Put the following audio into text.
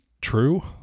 true